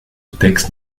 texte